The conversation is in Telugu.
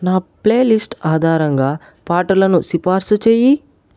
నా ప్లేలిస్ట్ ఆధారంగా పాటలను సిఫార్సు చేయి